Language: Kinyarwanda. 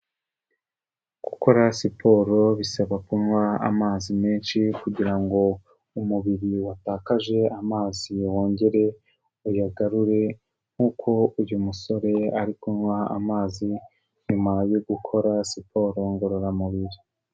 Gukora siporo bisaba kunywa amazi menshi kugira ngo umubiri watakaje amazi wongere uyagarure nk'uko uyu musore ari kunywa amazi, nyuma yo gukora siporo ngororamubiri.